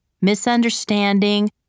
misunderstanding